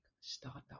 startup